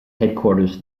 headquarters